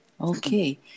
Okay